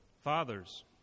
Fathers